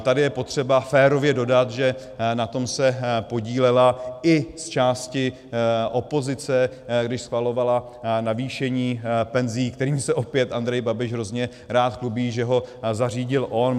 Tady je potřeba férově dodat, že na tom se podílela i zčásti opozice, když schvalovala navýšení penzí, kterým se opět Andrej Babiš hrozně rád chlubí, že ho zařídil on.